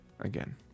again